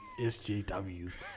SJWs